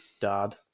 dad